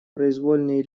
произвольные